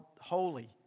Holy